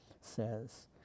says